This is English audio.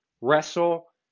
wrestle